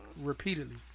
repeatedly